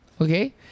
okay